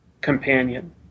companion